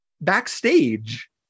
backstage